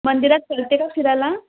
मंदिरात चलते का फिरायला